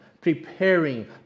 preparing